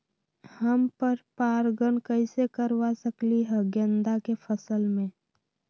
हम पर पारगन कैसे करवा सकली ह गेंदा के फसल में?